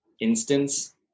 instance